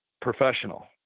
professional